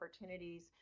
opportunities